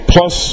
Plus